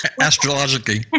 astrologically